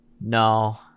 no